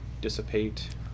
dissipate